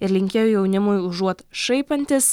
ir linkėjo jaunimui užuot šaipantis